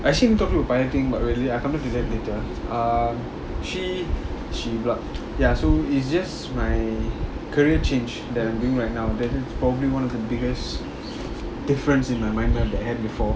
I actually wanted to talk about piloting but we'll I'll come back to that later uh she she ya so it's just my career change that I'm doing right now that's probably one of the biggest difference in my mind map that I had before